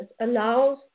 allows